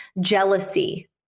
Jealousy